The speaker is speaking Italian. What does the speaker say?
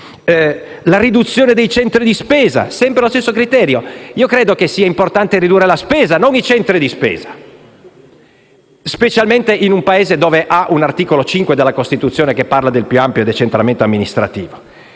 la riduzione dei centri di spesa vale sempre lo stesso criterio. Credo sia importante ridurre la spesa, e non i centri di spesa, specialmente in un Paese in cui l'articolo 5 della Costituzione parla del più ampio decentramento amministrativo.